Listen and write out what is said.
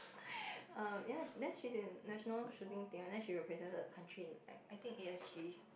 oh ya then she's in national shooting team and then she represented the country in I think A_S_G